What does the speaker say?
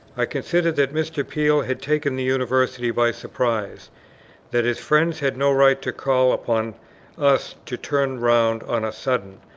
i considered that mr. peel had taken the university by surprise that his friends had no right to call upon us to turn round on a sudden,